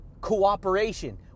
cooperation